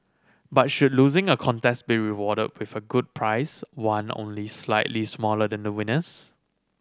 but should losing a contest be rewarded prefer a good prize one only slightly smaller than the winner's